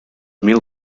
mil